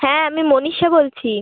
হ্যাঁ আমি মনীষা বলছি